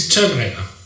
Terminator